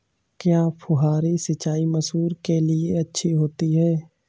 क्या फुहारी सिंचाई मसूर के लिए अच्छी होती है?